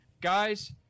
guys